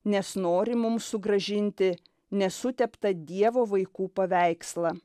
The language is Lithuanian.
nes nori mums sugrąžinti nesuteptą dievo vaikų paveikslą